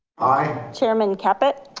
aye. chairman caput.